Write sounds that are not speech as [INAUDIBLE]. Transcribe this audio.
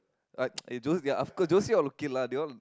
like [NOISE] eh Jose of course Josie all okay lah they all